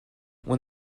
when